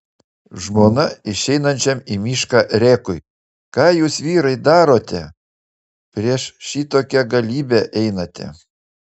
žmona išeinančiam į mišką rėkui ką jūs vyrai darote prieš šitokią galybę einate